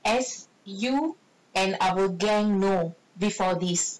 as you and our gang know before this